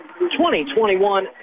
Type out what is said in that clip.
2021